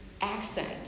accent